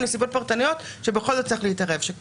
נסיבות פרטניות שבכל זאת צריך להתערב שם.